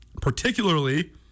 particularly